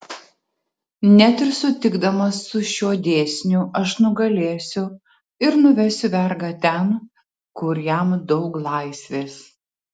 net ir sutikdamas su šiuo dėsniu aš nugalėsiu ir nuvesiu vergą ten kur jam daug laisvės